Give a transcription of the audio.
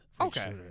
Okay